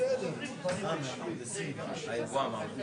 נכון, אבל הימים האלה הם ימים לא רגילים.